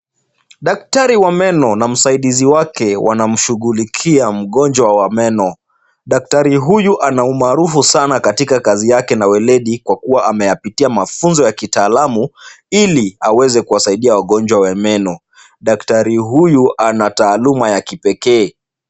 Daktari wa meno na msaidizi wake wanamshughulikia mgonjwa wa meno. Daktari huyu ana umaarufu sana katika kazi yake na ueledi kwa kuwa amepitia mafunzo ya kitalamu ili aweze kuwasaidia wagonjwa wa meno. Daktari huyu ana taaluma ya kipekee.